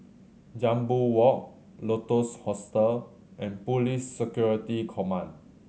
Jambol Walk Lotus Hostel and Police Security Command